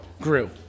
grew